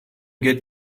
get